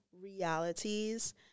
realities